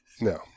No